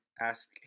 ask